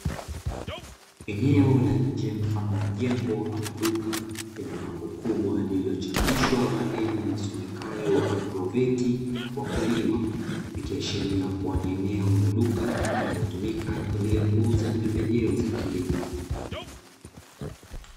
Eneo la nje mfano wa jengo ama duka, lenye bango kubwa lililochapishwa maneno yasomekayo "Agrovet wakulima". Ikiashiria kuwa ni eneo la duka linalotumika kwa ajili ya kuuza pembejeo za kilimo.